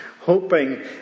hoping